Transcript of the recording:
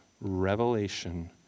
revelation